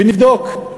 ונבדוק,